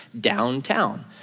downtown